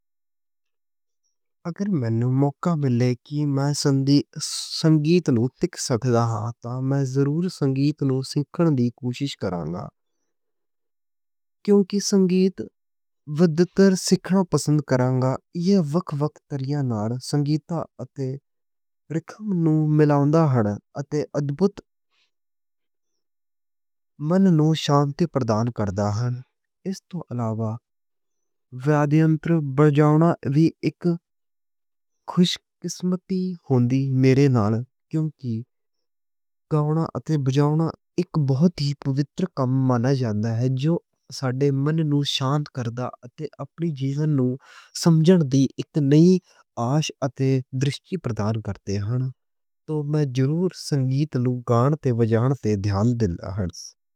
اگر مینوں موقع ملے کہ میں سنگیت نوں سکھ سکدا ہا۔ تا میں ضرور سنگیت نوں سکھن دی کوشش کراں گا۔ کیونکہ میں بہتر طریقے سے سکھنا پسند کراں گا۔ یہ وکھ وکھ طریقیاں نال سنگیت اتے رگ نوں ملاؤندا ہے۔ اتے ادبھُت من نوں شانتی پردان کردا ہے۔ اس توں علاوہ وادھے اندر بجانا وی اک خوش قسمتی ہوندی ہے۔ میرے نال کیونکہ گاؤنا اتے بجانا اک بہت ہی پوتر کم منا جاندا ہے۔ جو ساڈے من نوں شانت کردا اتے۔ اپنی جیون نوں سمجھن دی اک نئی آشا اتے درِشتی پردان کردے ہن۔ تا میں ضرور سنگیت لوکانا تے بجانا تے دھیان دینا ہن۔